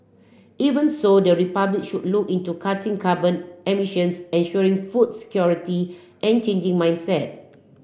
even so the Republic should look into cutting carbon emissions ensuring food security and changing mindset